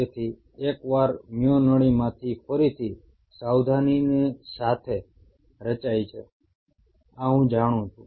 તેથી એકવાર મ્યો નળીમાંથી ફરીથી સાવધાનીના સાથે રચાય છે આ હું જાણું છું